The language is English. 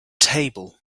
table